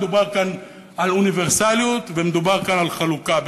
מדובר כאן על אוניברסליות ומדובר כאן על חלוקה,